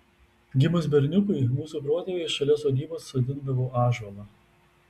gimus berniukui mūsų protėviai šalia sodybos sodindavo ąžuolą